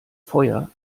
feuer